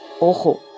Ojo